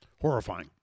Horrifying